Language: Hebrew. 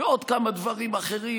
ועוד כמה דברים אחרים,